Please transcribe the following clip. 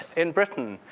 in britain,